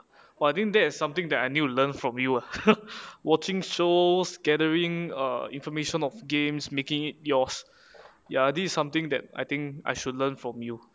!wah! I think that is something that I need to learn from you ah watching shows gathering information of games making it yours ya this is something that I think I should learn from you